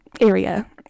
area